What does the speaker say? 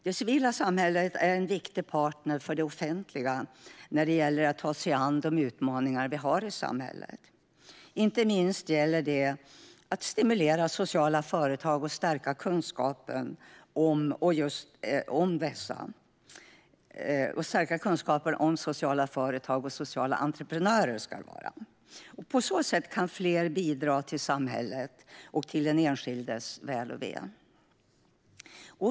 Det civila samhället är en viktig partner för det offentliga när det gäller att ta sig an de utmaningar vi har i samhället. Inte minst gäller det att stimulera sociala företag och stärka kunskapen om just sociala företag och sociala entreprenörer. På så sätt kan fler bidra till samhället och till den enskildes väl och ve.